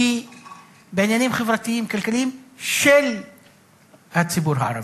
היא בעניינים חברתיים-כלכליים של הציבור הערבי.